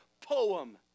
Poem